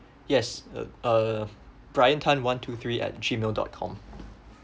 yes uh uh bryan tan one two three at gmail dot com